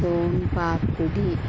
సోన్ పాపిడి